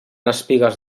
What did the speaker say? espigues